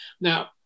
Now